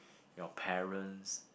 your parents